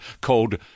called